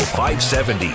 570